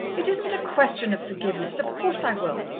it isn't a question of forgiveness. of course i will.